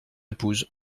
épouse